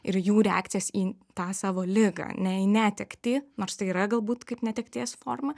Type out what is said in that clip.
ir jų reakcijas į tą savo ligą ne į netektį nors tai yra galbūt kaip netekties forma